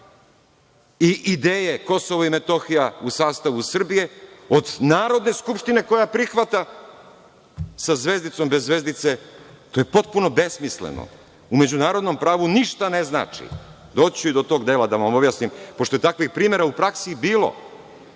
i ideje Kosovo i Metohija u sastavu Srbije od Narodne skupštine koja prihvata sa zvezdicom, bez zvezdice? To je potpuno besmisleno. U međunarodnom pravu ništa ne znači, doći ću i do tog dela da vam objasnim, pošto je takvih primera u praksi bilo.